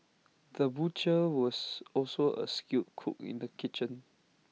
the butcher was also A skilled cook in the kitchen